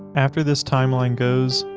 after this timeline goes,